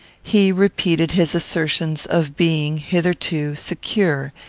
he repeated his assertions of being, hitherto, secure,